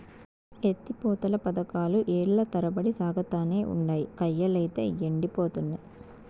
ఎత్తి పోతల పదకాలు ఏల్ల తరబడి సాగతానే ఉండాయి, కయ్యలైతే యెండిపోతున్నయి